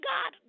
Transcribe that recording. God